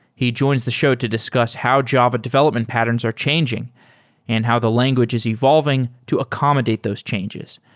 he joins the show to discuss how java development patterns are changing and how the language is evolving to accommodate those changes,